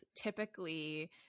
typically